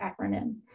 acronym